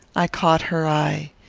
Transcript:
i caught her eye.